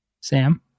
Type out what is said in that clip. Sam